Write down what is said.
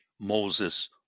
Moses